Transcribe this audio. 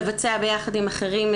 מבצע יחד עם אחרים,